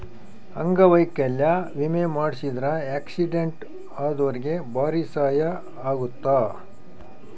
ಅಂಗವೈಕಲ್ಯ ವಿಮೆ ಮಾಡ್ಸಿದ್ರ ಆಕ್ಸಿಡೆಂಟ್ ಅದೊರ್ಗೆ ಬಾರಿ ಸಹಾಯ ಅಗುತ್ತ